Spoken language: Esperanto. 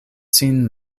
sin